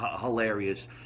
hilarious